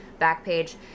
Backpage